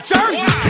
Jersey